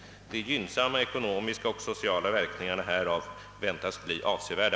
De gynnsamma ekonomiska och sociala verkningarna härav väntas bli avsevärda.